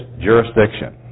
jurisdiction